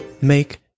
make